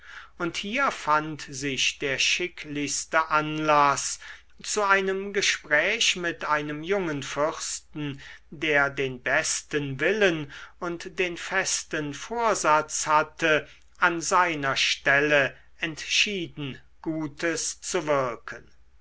und hier fand sich der schicklichste anlaß zu einem gespräch mit einem jungen fürsten der den besten willen und den festen vorsatz hatte an seiner stelle entschieden gutes zu wirken